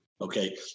Okay